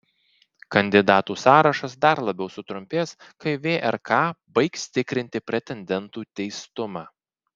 kandidatų sąrašas dar labiau sutrumpės kai vrk baigs tikrinti pretendentų teistumą